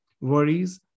worries